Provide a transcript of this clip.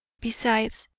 besides,